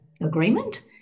agreement